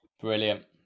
Brilliant